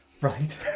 right